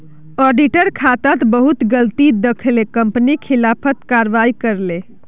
auditor खातात बहुत गलती दखे कंपनी खिलाफत कारवाही करले